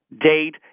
date